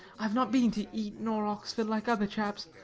i have not been to eton or oxford like other chaps.